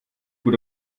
dich